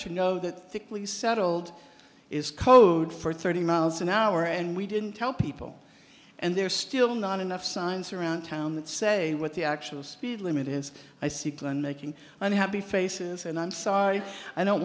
to know that thickly settled is code for thirty miles an hour and we didn't tell people and they're still not enough signs around town that say what the actual speed limit is i see glenn making unhappy faces and i'm sorry i don't